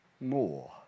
more